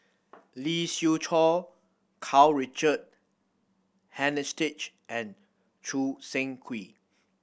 Lee Siew Choh Karl Richard Hanitsch and Choo Seng Quee